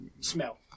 Smell